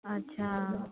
अच्छा